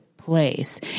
Place